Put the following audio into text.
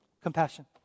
Compassion